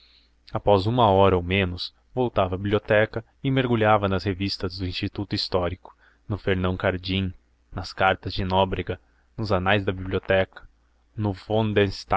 após uma hora ou menos voltava à biblioteca e mergulhava nas revistas do instituto histórico no fernão cardim nas cartas de nóbrega nos anais da biblioteca no